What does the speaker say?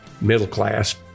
middle-class